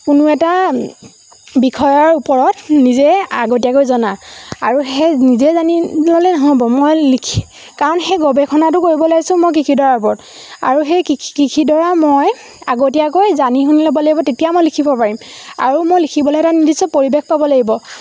কোনো এটা বিষয়ৰ ওপৰত নিজে আগতীয়াকৈ জনা আৰু সেই নিজে জানি ল'লে নহ'ব মই লিখি কাৰণ সেই গৱেষণাটো কৰিব লৈছোঁ মই কৃষিডৰাৰ ওপৰত আৰু সেই কৃষিডৰা মই আগতীয়াকৈ জানি শুনি ল'ব লাগিব তেতিয়া মই লিখিব পাৰিম আৰু মই লিখিবলৈ এটা নিদিছোঁ পৰিৱেশ ক'ব লাগিব